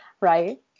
Right